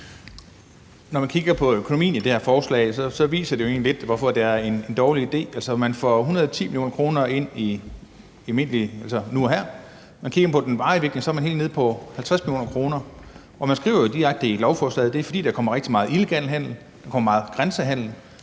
Flydtkjær (DF): Økonomien i det her forslag viser jo egentlig lidt, hvorfor det er en dårlig idé. Altså, man får 10 mio. kr. ind nu og her, men i forhold til den varige virkning er man helt nede på at få 50 mio. kr. ind, og man skriver jo direkte i lovforslaget, at det er, fordi der vil komme rigtig meget illegal handel og meget grænsehandel,